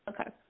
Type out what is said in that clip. Okay